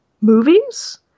movies